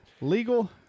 Legal